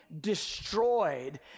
destroyed